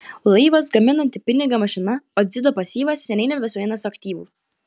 laivas gaminanti pinigą mašina o dzido pasyvas seniai nebesueina su aktyvu